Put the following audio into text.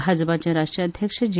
भाजपाचे राष्ट्रीय अध्यक्ष जे